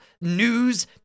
news